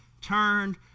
turned